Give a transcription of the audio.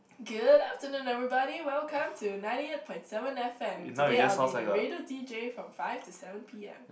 good afternoon everybody welcome to ninety eight point seven f_m today I'll be the radio d_j from five to seven p_m